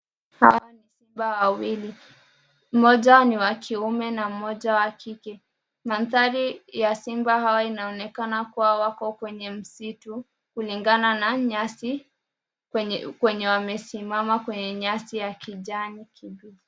Hawa ni simba wawili. Mmoja ni wa kiume na mmoja wa kike. Mandhari ya simba hawa inaonekana kua wako kwenye msitu, kulingana na nyasi kwenye wamesima kwenye nyasi ya kijani kibichi.